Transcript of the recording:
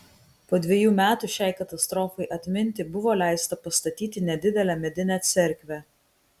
po dvejų metų šiai katastrofai atminti buvo leista pastatyti nedidelę medinę cerkvę